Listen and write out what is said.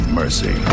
mercy